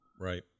right